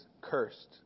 cursed